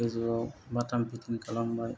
गोजौआव बाथाम फिथिं खालामबाय